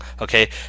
okay